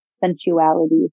Sensuality